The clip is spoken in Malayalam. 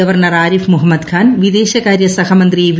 ഗവർണ്ണർ ആരിഫ് മുഹമ്മദ് ഖാൻ വിദേശകാര്യ സഹമന്ത്രി വി